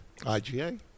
IGA